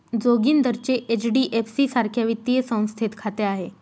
जोगिंदरचे एच.डी.एफ.सी सारख्या वित्तीय संस्थेत खाते आहे